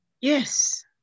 Yes